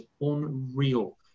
unreal